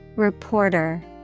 Reporter